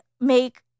make